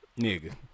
Nigga